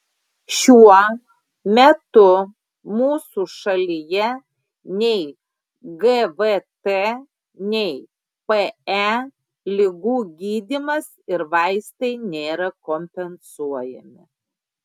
šiuo metu mūsų šalyje nei gvt nei pe ligų gydymas ir vaistai nėra kompensuojami